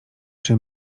czy